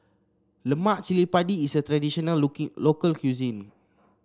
Lemak Cili Padi is a traditional local cuisine